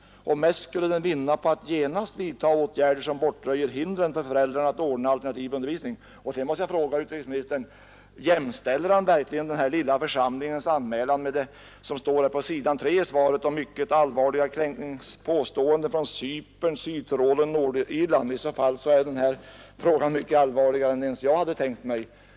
Mest skulle den vinna på att genast vidta åtgärder som bortröjer hindren för föräldrarna att ordna alternativ undervisning. Sedan måste jag fråga utrikesministern: Jämställer utrikesministern verkligen denna lilla församlings anmälan med de på s. 3 i svaret omnämnda mycket allvarliga kränkningspåståendena från Cypern, Sydtyrolen och Nordirland? I så fall är denna fråga mycket allvarligare än ens jag hade tänkt mig.